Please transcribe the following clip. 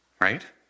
right